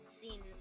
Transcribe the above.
seen